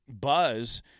buzz